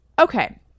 Okay